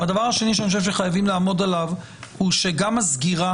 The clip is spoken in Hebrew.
הדבר השני שאני חושב שחייבים לעמוד עליו הוא שגם הסגירה